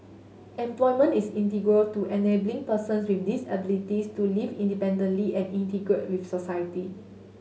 employment is integral to enabling persons with disabilities to live independently and integrate with society